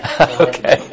Okay